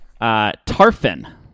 Tarfin